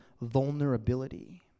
vulnerability